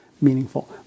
meaningful